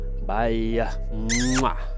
bye